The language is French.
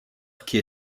qui